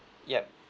yup